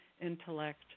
intellect